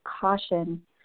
caution